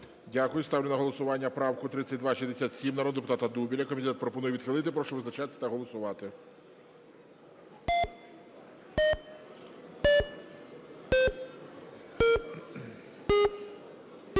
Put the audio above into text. Дякую. Ставлю на голосування правку 3267 народного депутата Дубіля. Комітет пропонує відхилити. Прошу визначатися та голосувати.